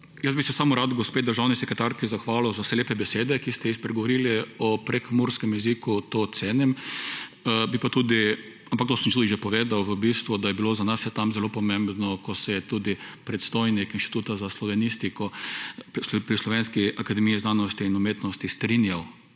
Jaz bi se samo rad gospe državni sekretarki zahvalil za vse lepe besede, ki ste jih spregovorili o prekmurskem jeziku, to cenim, bi pa tudi, ampak to sem tudi že povedal v bistvu, da je bilo za nas vse tam zelo pomembno, ko se je tudi predstojnik inštituta za slovenistiko pri Slovenski akademiji znanosti in umetnosti strinjal,